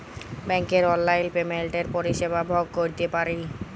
ব্যাংকের অললাইল পেমেল্টের পরিষেবা ভগ ক্যইরতে পারি